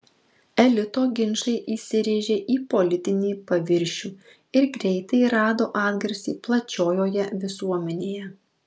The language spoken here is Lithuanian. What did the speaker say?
elito ginčai įsirėžė į politinį paviršių ir greitai rado atgarsį plačiojoje visuomenėje